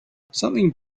something